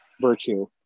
virtue